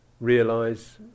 realize